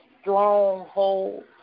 stronghold